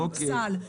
סעיף הסל.